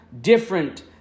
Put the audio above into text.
different